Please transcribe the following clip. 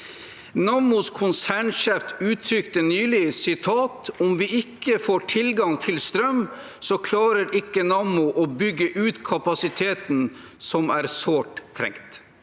Nammos konsernsjef uttrykte nylig: «Om vi ikke får tilgang til strøm, så klarer ikke Nammo å bygge ut kapasiteten, som er sårt trengt».